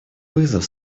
вызов